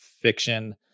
fiction